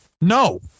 No